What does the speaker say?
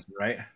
right